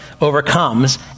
overcomes